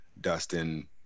dustin